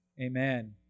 amen